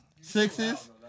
Sixes